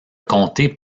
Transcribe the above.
comté